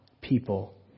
people